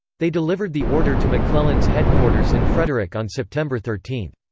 they delivered the order to mcclellan's headquarters in frederick on september thirteen.